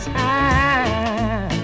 time